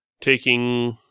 taking